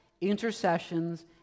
intercessions